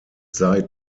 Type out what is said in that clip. sei